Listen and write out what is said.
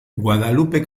guadalupe